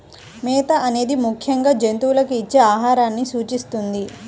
మేత అనేది ముఖ్యంగా జంతువులకు ఇచ్చే ఆహారాన్ని సూచిస్తుంది